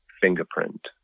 fingerprint